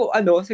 ano